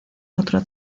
otro